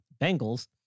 Bengals